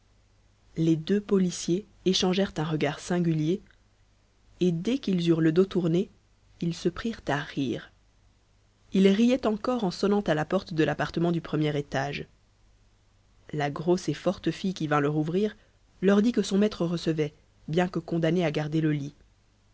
les deux policiers échangèrent un regard singulier et dès qu'ils eurent le dos tourné ils se prirent à rire ils riaient encore en sonnant à la porte de l'appartement du premier étage la grosse et forte fille qui vint leur ouvrir leur dit que son maître recevait bien que condamné à garder le lit